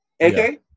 Okay